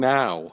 Now